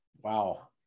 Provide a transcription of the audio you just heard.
wow